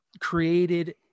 Created